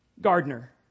Gardner